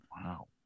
Wow